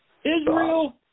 Israel